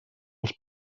els